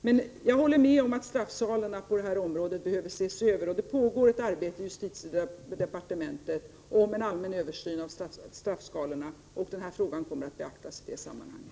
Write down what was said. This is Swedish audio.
Men jag håller med om att straffskalorna på det här området behöver ses över. Det pågår ett arbete inom justitiedepartementet med en allmän översyn av straffskalorna. Den här frågan kommer att beaktas i det sammanhanget.